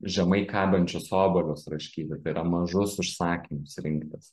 žemai kabančius obuolius raškyti tai yra mažus užsakymus rinktis